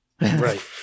Right